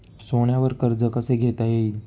सोन्यावर कर्ज कसे घेता येईल?